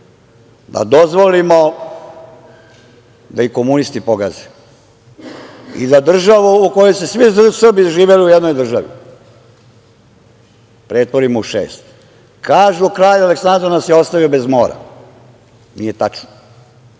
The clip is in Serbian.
da dozvolimo da ih komunisti pogaze i da državu u kojoj su svi Srbi živeli u jednoj državi pretvorimo u šest. Kažu da nas je kralj Aleksandar ostavio bez mora. Nije tačno.